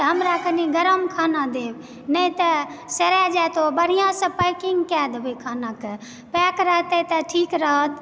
तऽ हमरा कनि गरम खाना देबय नहि तऽ सरैआ जाइत ओऽ बढिआँसँ पैकिंग कए देबए खानाके पैक रहते तऽ ठीक रहत